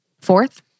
Fourth